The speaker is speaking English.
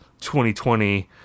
2020